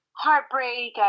heartbreak